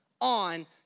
on